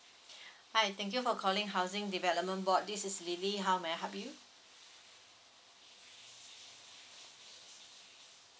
hi thank you for calling housing development board this is lily how may I help you